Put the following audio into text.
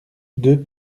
deux